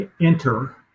enter